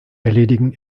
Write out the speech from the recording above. erledigen